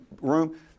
room